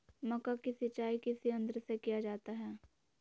मक्का की सिंचाई किस यंत्र से किया जाता है?